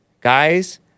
guys